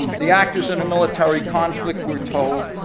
the actors in a military conflict, we're told,